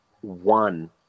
one